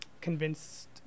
convinced